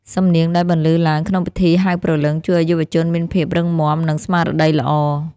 សំនៀងដែលបន្លឺឡើងក្នុងពិធីហៅព្រលឹង ជួយឱ្យយុវជនមានភាពរឹងមាំ និងស្មារតីល្អ។